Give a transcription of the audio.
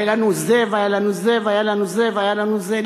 היה לנו זה והיה לנו זה והיה לנו זה והיה לנו זה.